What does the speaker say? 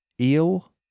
Eel